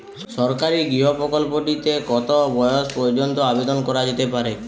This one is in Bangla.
সরকারি গৃহ প্রকল্পটি তে কত বয়স পর্যন্ত আবেদন করা যেতে পারে?